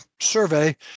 survey